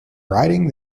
riding